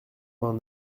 vingt